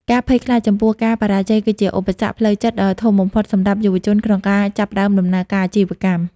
ការភ័យខ្លាចចំពោះការបរាជ័យគឺជាឧបសគ្គផ្លូវចិត្តដ៏ធំបំផុតសម្រាប់យុវជនក្នុងការចាប់ផ្ដើមដំណើរការអាជីវកម្ម។